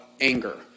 anger